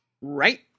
Right